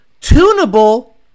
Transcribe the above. tunable